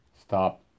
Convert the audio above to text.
Stop